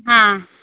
हाँ